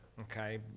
okay